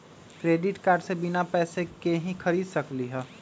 Credit card से बिना पैसे के ही खरीद सकली ह?